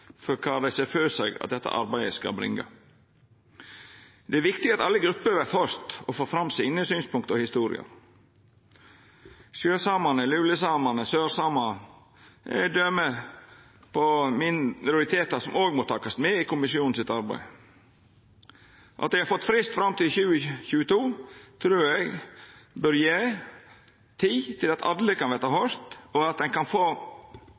for kva dei ser føre seg at dette arbeidet skal bringa. Det er viktig at alle grupper vert høyrde og får fram synspunkta og historiene sine. Sjøsamane, lulesamane og sørsamane er døme på minoritetar som òg må takast med i arbeidet til kommisjonen. At han har fått frist fram til 2022, trur eg bør gje tid til at alle kan verta høyrde, at ein kan få